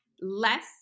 less